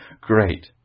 great